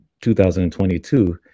2022